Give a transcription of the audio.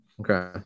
Okay